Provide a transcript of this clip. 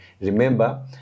Remember